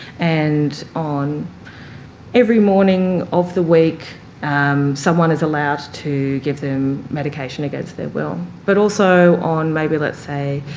and on every morning of the week um someone is allowed to give them medication against their will, but also on maybe, let's say,